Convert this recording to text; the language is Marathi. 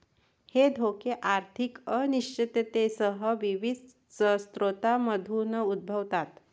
हे धोके आर्थिक अनिश्चिततेसह विविध स्रोतांमधून उद्भवतात